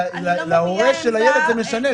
להורה של הילד זה משנה.